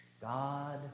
God